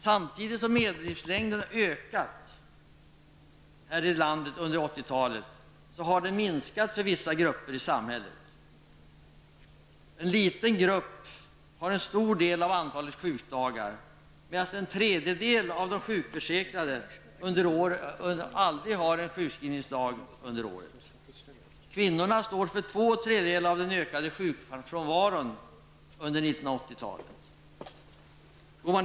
Samtidigt som medellivslängden ökade här i landet under 80-talet minskade livslängden för vissa grupper i samhället. En liten grupp har en stor del av antalet sjukdagar, medan en tredjedel av de sjukförsäkrade aldrig har en sjukskrivningsdag under året. Kvinnorna står för två tredjedelar av den ökade sjukfrånvaron under 80-talet.